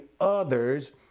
others